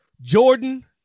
Jordan